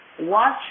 Watch